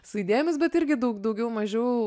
su idėjomis bet irgi daug daugiau mažiau